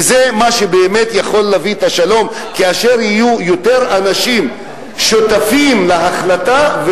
וזה מה שבאמת יכול להביא את השלום כאשר יותר אנשים יהיו שותפים להחלטה,